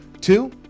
Two